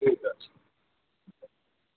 ঠিক আছে